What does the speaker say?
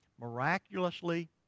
miraculously